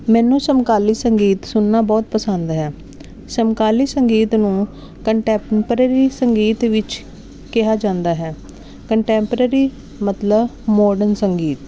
ਮੈਨੂੰ ਸਮਕਾਲੀ ਸੰਗੀਤ ਸੁਣਨਾ ਬਹੁਤ ਪਸੰਦ ਹੈ ਸਮਕਾਲੀ ਸੰਗੀਤ ਨੂੰ ਕੰਟੈਮਪਰੇਰੀ ਸੰਗੀਤ ਵਿੱਚ ਕਿਹਾ ਜਾਂਦਾ ਹੈ ਕੰਟੈਮਪਰੇਰੀ ਮਤਲਬ ਮੋਡਨ ਸੰਗੀਤ